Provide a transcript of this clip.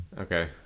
Okay